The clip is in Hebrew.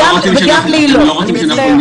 בואו בבקשה,